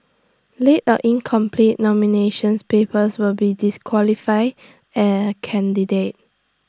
late or incomplete nominations papers will be disqualify A candidate